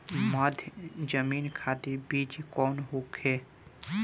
मध्य जमीन खातिर बीज कौन होखे?